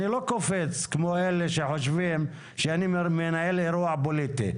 אני לא קופץ כמו אלה שחושבים שאני מנהל אירוע פוליטי.